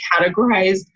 categorized